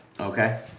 Okay